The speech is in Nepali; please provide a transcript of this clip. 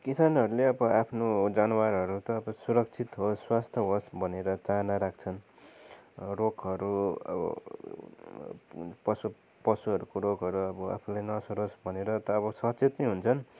किसानहरूले अब आफ्नो जानवरहरू त अब सुरक्षित होस् स्वास्थ्य होस् भनेर चाहना राख्छन् रोगहरू अब पशु पशुहरूको रोगहरू अब आफूलाई नसरोस् भनेर त अब सचेत नै हुन्छन्